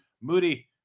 Moody